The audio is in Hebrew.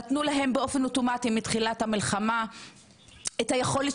נתנו להם באופן אוטומטי מתחילת המלחמה את היכולת